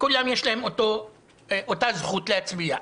לכולם יש את אותה זכות להצביע,